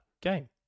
game